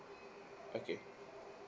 okay